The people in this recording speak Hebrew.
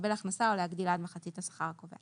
שיקבל הכנסה או להגדילה במחצית השכר הקובע.